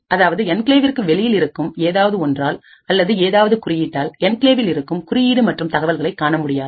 அதாவது என்கிளேவிற்கு வெளியில் இருக்கும் ஏதாவது ஒன்றால் அல்லது ஏதாவது குறியீட்டால் என்கிளேவில்இருக்கும் குறியீடு மற்றும் தகவல்களை காணமுடியாது